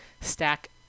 stack